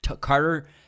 Carter